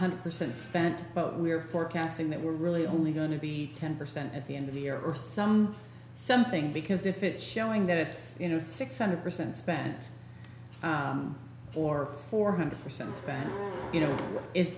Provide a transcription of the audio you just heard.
hundred percent spent but we are forecasting that we're really only going to be ten percent at the end of the earth something because if it showing that it's you know six hundred percent spent or four hundred percent spam you know if